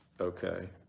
Okay